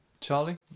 Charlie